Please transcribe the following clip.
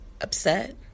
upset